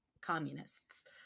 communists